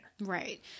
Right